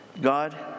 God